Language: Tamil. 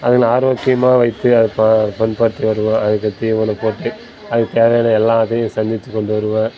அதுங்களை ஆரோக்கியமாக வைத்து வருவோம் அதுக்கு தீவனம் போட்டு அதுக்கு தேவையான எல்லாத்தையும் செஞ்சு வச்சு கொண்டு வருவேன்